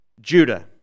Judah